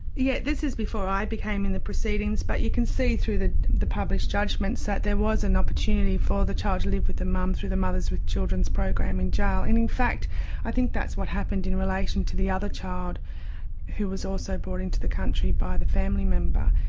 yeah, this is before i became in the proceedings, but you can see through the the published judgements that there was an opportunity for the child to live with the mum through the mothers with children program in jail. and in fact i think that's what happened in relation to the other child who was also brought into the country by the family member.